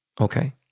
okay